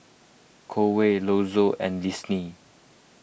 Conway Lonzo and Lynsey